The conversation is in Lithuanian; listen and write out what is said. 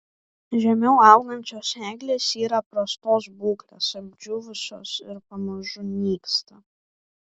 žemiau augančios eglės yra prastos būklės apdžiūvusios ir pamažu nyksta